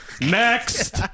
next